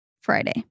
Friday